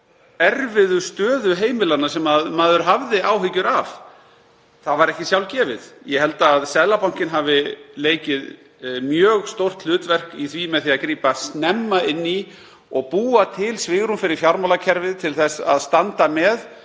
þá erfiðu stöðu heimilanna sem maður hafði áhyggjur af. Það var ekki sjálfgefið. Ég held að Seðlabankinn hafi leikið mjög stórt hlutverk í því með því að grípa snemma inn í og búa til svigrúm fyrir fjármálakerfið til að standa með